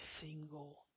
single